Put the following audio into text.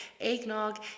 eggnog